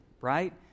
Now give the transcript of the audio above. right